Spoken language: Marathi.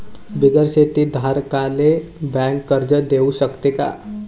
बिगर शेती धारकाले बँक कर्ज देऊ शकते का?